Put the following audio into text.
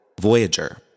Voyager